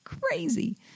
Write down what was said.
crazy